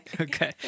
Okay